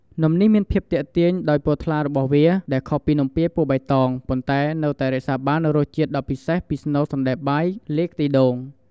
នំនេះមានភាពទាក់ទាញដោយពណ៌សថ្លារបស់វា ដែលខុសពីនំពពាយពណ៌បៃតង ប៉ុន្តែនៅតែរក្សាបាននូវរសជាតិដ៏ពិសេសពីស្នូលសណ្តែកបាយលាយខ្ទិះដូង។